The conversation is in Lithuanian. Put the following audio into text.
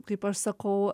kaip aš sakau